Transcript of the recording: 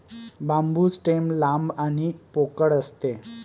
बांबू stem लांब आणि पोकळ असते